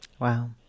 Wow